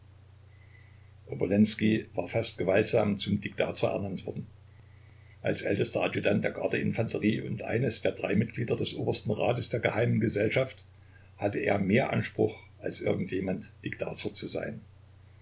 war fast gewaltsam zum diktator ernannt worden als ältester adjutant der garde infanterie und eines der drei mitglieder des obersten rates der geheimen gesellschaft hatte er mehr anspruch als irgend jemand diktator zu sein